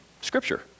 scripture